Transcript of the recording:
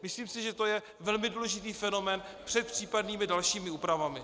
Myslím si, že to je velmi důležitý fenomén před případnými dalšími úpravami.